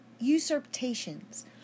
usurpations